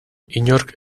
inork